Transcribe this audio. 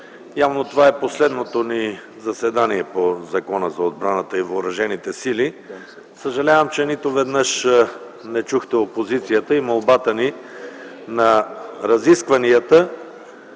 явно това е последното ни заседание по Закона за отбраната и въоръжените сили. Съжалявам, че нито веднъж не чухте опозицията и молбата ни на разискванията